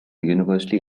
universally